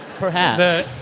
perhaps